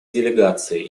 делегации